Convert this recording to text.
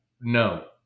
No